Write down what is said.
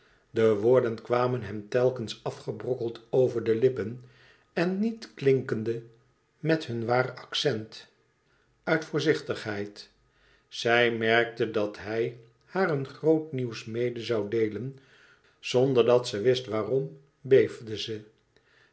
de woorden kwamen hem telkens afgebrokkeld over de lippen en niet klinkende met hun waar accent uit voorzichtigheid zij merkte dat hij haar een groot nieuws mede zoû e ids aargang onder dat ze wist waarom beefde ze